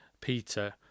Peter